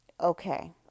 Okay